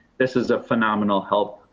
this is a phenomenal help.